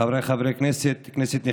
חבריי חברי הכנסת, כנסת נכבדה,